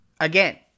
Again